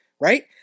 right